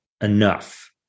enough